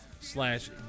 slash